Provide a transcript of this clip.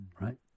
right